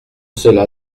cela